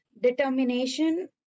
determination